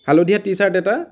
হালধীয়া T shirt এটা